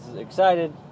excited